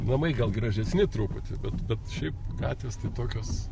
namai gal gražesni truputį bet šiaip gatvės tokios